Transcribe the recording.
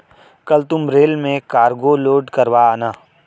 कल तुम रेल में कार्गो लोड करवा आना